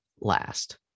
last